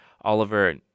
Oliver